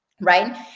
right